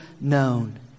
known